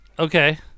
Okay